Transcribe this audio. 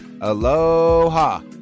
Aloha